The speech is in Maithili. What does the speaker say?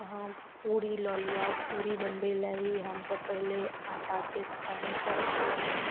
अहाँ पूरी लऽ लिअ पूरी बनबय लए ही हमसब पहिले आटाके सानिके रखलहुँ